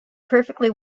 perfectly